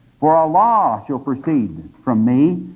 for a law shall proceed from me,